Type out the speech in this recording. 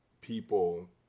people